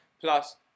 Plus